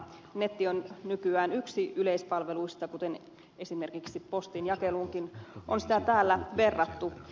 netti on nykyään yksi yleispalveluista kuten esimerkiksi postinjakeluunkin on sitä täällä verrattu